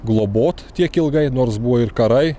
globot tiek ilgai nors buvo ir karai